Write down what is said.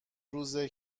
روزه